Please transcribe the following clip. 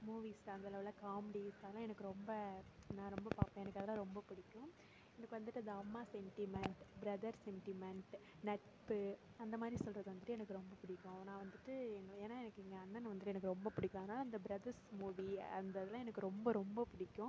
movies அந்தளவில் comedies அதெல்லாம் எனக்கு ரொம்ப நான் ரொம்ப பார்ப்பேன் எனக்கு அதெல்லாம் ரொம்ப பிடிக்கும் எனக்கு வந்துட்டு அந்த அம்மா சென்டிமென்ட் ப்ரதர் சென்டிமென்ட் நட்பு அந்த மாதிரி சொல்கிறது வந்துட்டு எனக்கு ரொம்ப பிடிக்கும் நான் வந்துட்டு ஏன்னா எனக்கு எங்கள் அண்ணனை வந்துட்டு எனக்கு ரொம்ப பிடிக்கும் அதனால் இந்த ப்ரதர்ஸ் மூவீ அந்த இதுலாம் எனக்கு ரொம்ப ரொம்ப பிடிக்கும்